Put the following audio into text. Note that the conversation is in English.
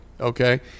Okay